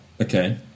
Okay